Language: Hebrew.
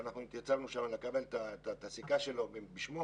אנחנו התייצבנו לקבל את הסיכה שלו בשמו,